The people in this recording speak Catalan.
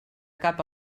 cap